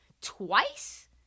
twice